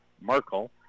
Merkel